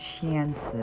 chances